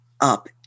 up